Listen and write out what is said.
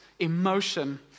emotion